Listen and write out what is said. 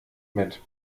mit